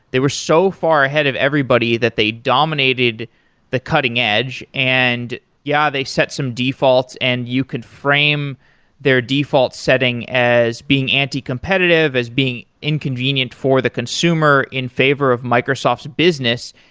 they were so far ahead of everybody that they dominated the cutting-edge and, yeah, they set some defaults and you could frame their default setting as being anticompetitive, as being inconvenient for the consumer in favor of microsoft's business,